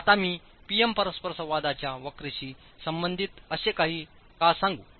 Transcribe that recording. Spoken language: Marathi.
आता मी P M परस्परसंवादाच्या वक्रेशी संबंधित असे का सांगू